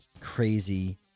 crazy